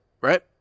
right